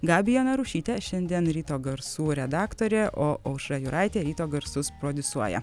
gabija narušytė šiandien ryto garsų redaktorė o aušra juraitė ryto garsus prodiusuoja